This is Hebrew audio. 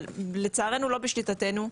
אבל לצערנו לא בשליטתנו.